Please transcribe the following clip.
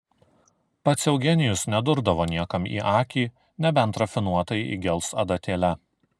pats eugenijus nedurdavo niekam į akį nebent rafinuotai įgels adatėle